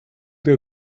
der